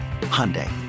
Hyundai